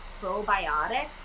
probiotic